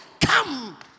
Come